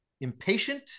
impatient